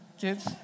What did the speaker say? kids